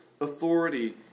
authority